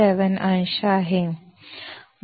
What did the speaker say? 7 अंश आहे